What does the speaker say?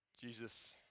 Jesus